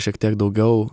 šiek tiek daugiau